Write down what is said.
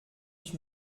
ich